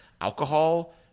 alcohol